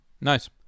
Nice